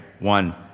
one